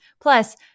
Plus